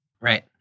Right